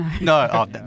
no